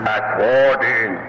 according